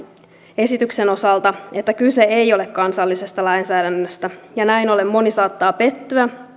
esityksen osalta että kyse ei ole kansallisesta lainsäädännöstä näin ollen moni saattaa pettyä